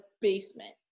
basement